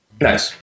Nice